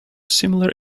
similar